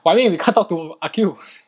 but I mean we can't talk to aqil